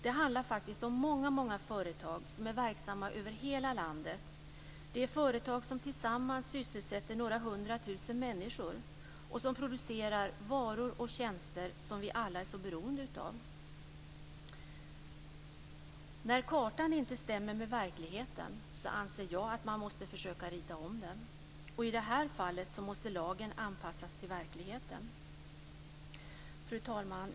Det handlar faktiskt om många företag som är verksamma över hela landet. Det är företag som tillsammans sysselsätter några hundratusen människor och som producerar varor och tjänster som vi alla är så beroende av. När kartan inte stämmer med verkligheten anser jag att man måste försöka rita om den. I det här fallet måste lagen anpassas till verkligheten. Fru talman!